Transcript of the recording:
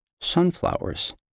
Sunflowers